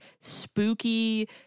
spooky